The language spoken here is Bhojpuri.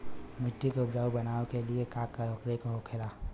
मिट्टी के उपजाऊ बनाने के लिए का करके होखेला?